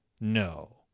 No